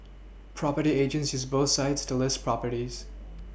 property agents use both sites to list properties